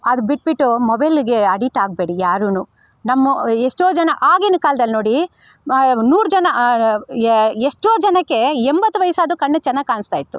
ಅದು ಬಿಟ್ಬಿಟ್ಟು ಮೊಬೈಲ್ಗೆ ಅಡಿಟ್ ಆಗಬೇಡಿ ಯಾರೂ ನಮ್ಮು ಎಷ್ಟೋ ಜನ ಆಗಿನ ಕಾಲ್ದಲ್ಲಿ ನೋಡಿ ನೂರು ಜನ ಎಷ್ಟೋ ಜನಕ್ಕೆ ಎಂಬತ್ತು ವಯಸ್ಸಾದರೂ ಕಣ್ಣು ಚೆನ್ನಾಗಿ ಕಾಣಿಸ್ತಾ ಇತ್ತು